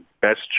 best